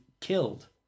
killed